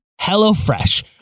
HelloFresh